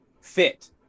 fit